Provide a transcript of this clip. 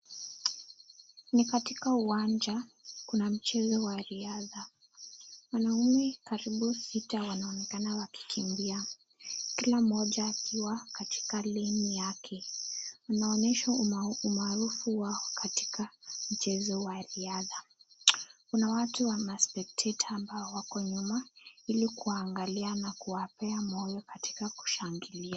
Ni katika uwanja, kuna mchezo wa riadha, wanaume karibu sita wanaonekana wakikimbia kila mmoja akiwa katika leni yake. Wanaonyesha umaarufu wao katika mchezo wa riadha. Kuna watu wa maspekteta ambao wako nyuma ili kuwaangalia na kuwapea moyo katika kushangilia.